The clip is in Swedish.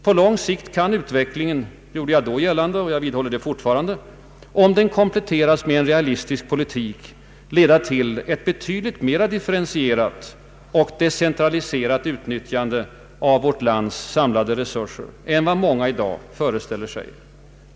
På lång sikt kan utvecklingen — gjorde jag då gällande, och jag vidhåller det fortfarande — om den kompletteras med en realistisk politik leda till ett betydligt mer differentierat och decentraliserat utnyttjande av vårt lands samlade resurser än vad många i dag föreställer sig.